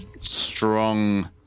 strong